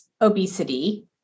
obesity